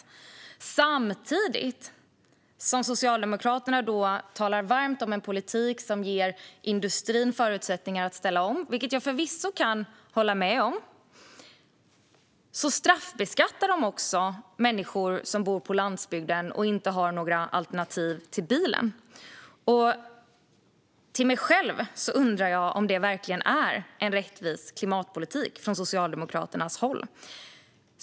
Men samtidigt som Socialdemokraterna talar varmt om en politik som ger industrin förutsättningar att ställa om - vilket jag förvisso kan ställa mig bakom - straffbeskattar de människor som bor på landsbygden och inte har några alternativ till bilen. Jag undrar om detta verkligen är en rättvis klimatpolitik från Socialdemokraternas håll.